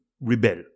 rebel